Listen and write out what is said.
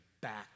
back